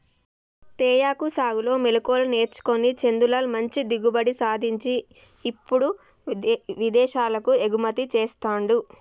తేయాకు సాగులో మెళుకువలు నేర్చుకొని చందులాల్ మంచి దిగుబడి సాధించి ఇప్పుడు విదేశాలకు ఎగుమతి చెస్తాండు